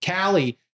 Callie